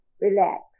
relax